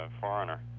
Foreigner